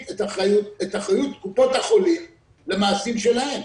את אחריות קופות החלים למעשים שלהם.